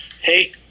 hey